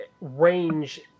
range